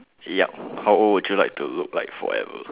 yup how old would you like to look forever